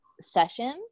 session